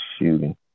shooting